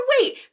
wait